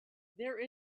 there